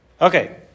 okay